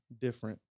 different